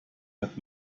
hat